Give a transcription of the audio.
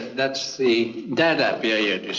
that's the dada period.